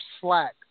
Slack